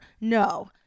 No